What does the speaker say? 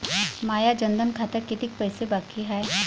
माया जनधन खात्यात कितीक पैसे बाकी हाय?